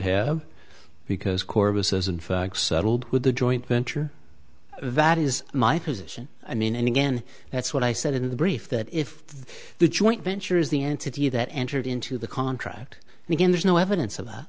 have because corpus is in fact settled with the joint venture that is my position i mean any again that's what i said in the brief that if the joint venture is the entity that entered into the contract again there's no evidence of that